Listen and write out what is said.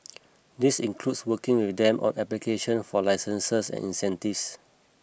this includes working with them on application for licenses and incentives